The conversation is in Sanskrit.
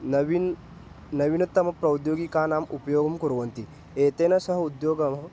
नवीनं नवीनतमप्रौद्योगिकानाम् उपयोगं कुर्वन्ति एतेन सह उद्योगाभावः